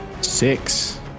Six